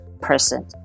person